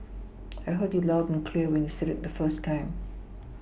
I heard you loud and clear when you said it the first time